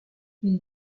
ils